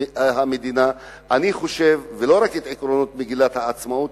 המדינה ולא רק את עקרונות מגילת העצמאות,